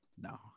No